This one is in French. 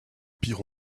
pire